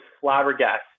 flabbergasted